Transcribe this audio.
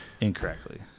incorrectly